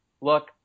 look